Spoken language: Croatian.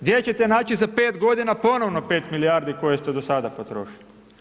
Gdje ćete naći za 5 godina ponovno 5 milijardi koje ste do sada potrošili?